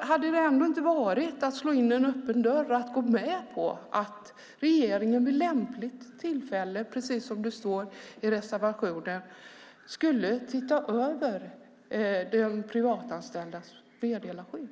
Hade det ändå inte varit som att slå in en öppen dörr att gå med på att regeringen vid lämpligt tillfälle, precis som det står i reservationen, skulle se över de privatanställdas meddelarskydd?